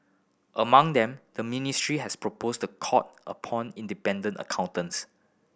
among them the ministry has proposed the court appoint independent accountants